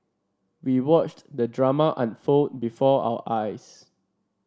we watched the drama unfold before our eyes